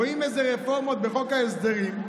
רואים איזה רפורמות בחוק ההסדרים,